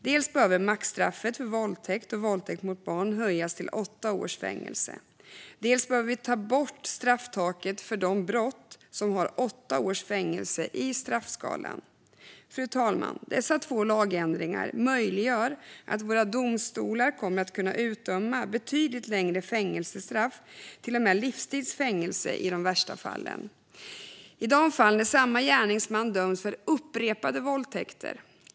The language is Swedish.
Dels behöver maxstraffet för våldtäkt och våldtäkt mot barn höjas till åtta års fängelse, dels behöver vi ta bort strafftaket för de brott som har åtta års fängelse i straffskalan. Fru talman! Dessa två lagändringar möjliggör för våra domstolar att utdöma betydligt längre fängelsestraff - till och med livstids fängelse i de värsta fallen - i de fall när samma gärningsman döms för upprepade våldtäkter.